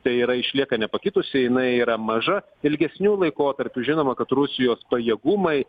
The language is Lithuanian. tai yra išlieka nepakitusi jinai yra maža ilgesniu laikotarpiu žinoma kad rusijos pajėgumai